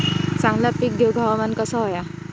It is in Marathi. चांगला पीक येऊक हवामान कसा होया?